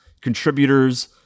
contributors